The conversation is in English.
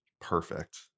Perfect